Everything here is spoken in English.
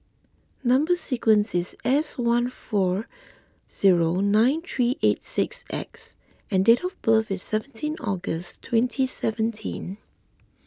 Number Sequence is S one four zero nine three eight six X and date of birth is seventeen August twenty seventeen